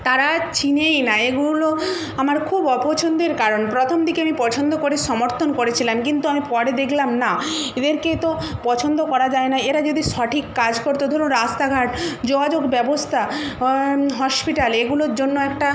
তারা চেনেই না এগুলো আমার খুব অপছন্দের কারণ প্রথম দিকে আমি পছন্দ করে সমর্থন করেছিলাম কিন্তু আমি পরে দেখলাম না এদেরকে তো পছন্দ করা যায় না এরা যদি সঠিক কাজ করতো ধরুন রাস্তাঘাট যোগাযোগ ব্যবস্তা হসপিটাল এগুলোর জন্য একটা